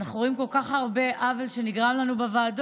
אנחנו רואים כל כך הרבה עוול שנגרם לנו בוועדות.